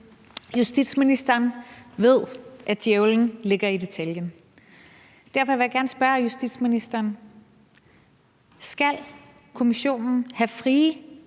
Justitsministeren ved, at djævlen ligger i detaljen. Derfor vil jeg gerne spørge justitsministeren: Skal kommissionen have frie